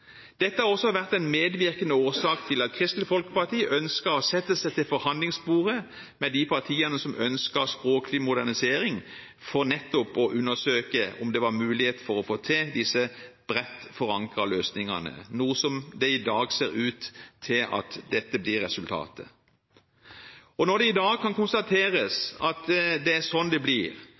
Dette har også vært en medvirkende årsak til at Kristelig Folkeparti ønsket å sette seg til forhandlingsbordet med de partiene som ønsket språklig modernisering, for nettopp å undersøke om det var mulighet for å få til disse bredt forankrede løsningene – noe som i dag ser ut til å bli resultatet. Når det i dag kan konstateres at det er sånn det blir,